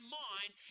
mind